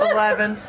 Eleven